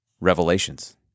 revelations